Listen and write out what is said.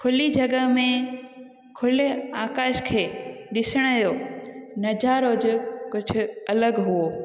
खुली जॻह में खुले आकाश खे ॾिसण जो नज़ारो जो कुझु अलॻि हुओ